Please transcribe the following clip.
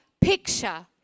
picture